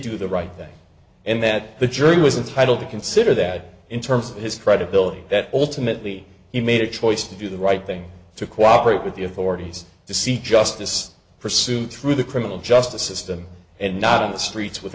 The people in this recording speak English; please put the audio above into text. do the right thing and that the jury was entitled to consider that in terms of his credibility that ultimately he made a choice to do the right thing to cooperate with the authorities to seek justice pursued through the criminal justice system and not in the streets with